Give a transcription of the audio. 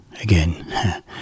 again